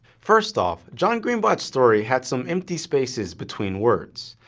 first off, john-green-bot's story had some empty spaces between words.